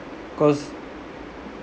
because